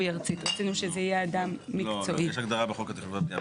הרחבת הסמכות של המורשה להיתר לטפל במבנה